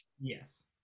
Yes